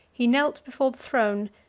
he knelt before the throne,